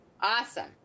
Awesome